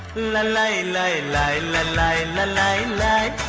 nine nine nine nine nine nine nine